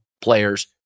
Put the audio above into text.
players